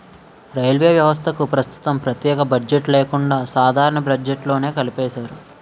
railway వ్యవస్థకు ప్రస్తుతం ప్రత్యేక బడ్జెట్ లేకుండా సాధారణ బడ్జెట్లోనే కలిపేశారు